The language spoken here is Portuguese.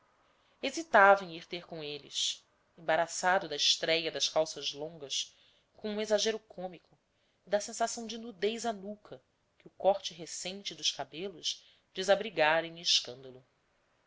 hesitava em ir ter com eles embaraçado da estréia das calças longas como um exagero cômico e da sensação de nudez à nuca que o corte recente dos cabelos desabrigara em escândalo